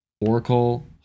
Oracle